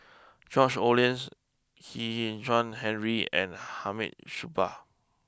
George Oehlers Kwek Hian Chuan Henry and Hamid Supaat